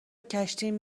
کشتیم